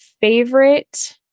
favorite